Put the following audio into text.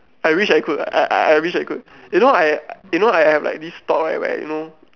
I wish I could ah I I I wish I could you know I you know I have like this thought right where you know